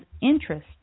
interest